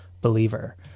believer